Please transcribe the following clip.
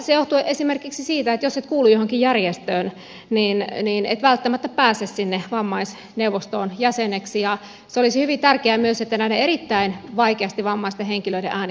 se johtuu esimerkiksi siitä että jos et kuulu johonkin järjestöön niin et välttämättä pääse sinne vammaisneuvostoon jäseneksi ja se olisi hyvin tärkeää myös että näiden erittäin vaikeasti vammaisten henkilöiden ääni kuuluisi